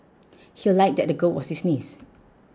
he lied that the girl was his niece